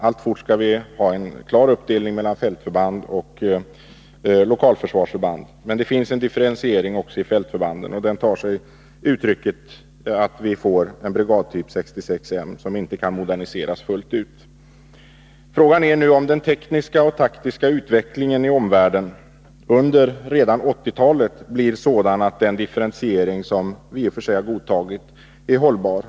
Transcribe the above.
Alltfort skall vi ha en klar uppdelning mellan fältförband och lokalförsvarsförband. Men det finns en differentiering också i fältförbanden, och den tar sig uttryck i att vi får en brigadtyp 66 M som inte kan moderniseras fullt ut. Frågan är nu om den tekniska och taktiska utvecklingen i omvärlden redan under 1980-talet blir sådan att den differentiering som vi i och för sig har godtagit är hållbar.